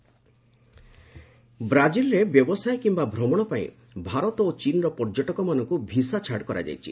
Brazil India visa ବ୍ରାଜିଲ୍ରେ ବ୍ୟବସାୟ କିମ୍ବା ଭ୍ରମଣ ପାଇଁ ଭାରତ ଓ ଚୀନ୍ର ପର୍ଯ୍ୟଟକମାନଙ୍କ ଭିସା ଛାଡ଼ କରାଯାଇଛି